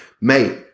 mate